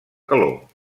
calor